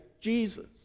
Jesus